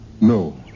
No